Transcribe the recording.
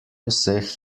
vseh